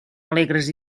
alegres